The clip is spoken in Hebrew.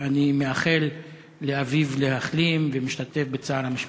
אני מאחל לאביו להחלים, ומשתתף בצער המשפחה.